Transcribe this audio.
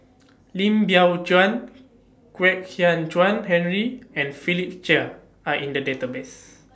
Lim Biow Chuan Kwek Hian Chuan Henry and Philip Chia Are in The Database